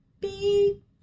Beep